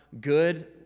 good